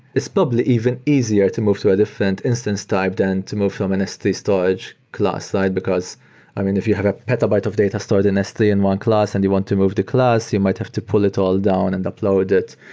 it's probably even easier to move to a different instance type than to move from an s three storage class side, because i mean, if you have a petabyte of data stored in s three in one class and you want to move the class, you might have to pull it all down and upload it.